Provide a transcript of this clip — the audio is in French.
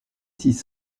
six